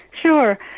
Sure